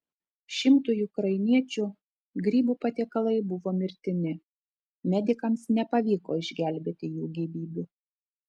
šimtui ukrainiečių grybų patiekalai buvo mirtini medikams nepavyko išgelbėti jų gyvybių